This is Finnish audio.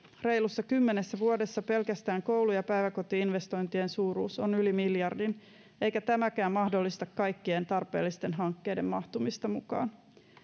reilussa kymmenessä vuodessa pelkästään koulu ja päiväkoti investointien suuruus on yli miljardin eikä tämäkään mahdollista kaikkien tarpeellisten hankkeiden mahtumista mukaan